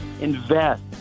invest